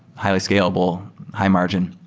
highly scalable, high-margin.